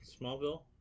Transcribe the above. Smallville